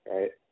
Right